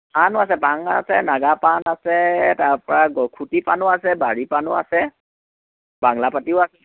পাণো আছে আছে নাগা পাণ আছে তাৰপৰা গ খুটি পাণো আছে বাৰী পাণো আছে বাংলাপতিও আছে